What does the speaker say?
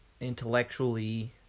intellectually